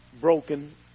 broken